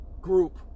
group